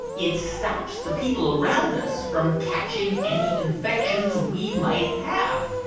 it stops the people around us from catching any infections we might have.